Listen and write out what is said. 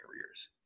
careers